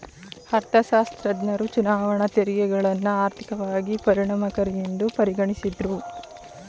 ಅರ್ಥಶಾಸ್ತ್ರಜ್ಞರು ಚುನಾವಣಾ ತೆರಿಗೆಗಳನ್ನ ಆರ್ಥಿಕವಾಗಿ ಪರಿಣಾಮಕಾರಿಯೆಂದು ಪರಿಗಣಿಸಿದ್ದ್ರು